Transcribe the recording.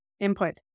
Input